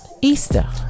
easter